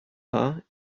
are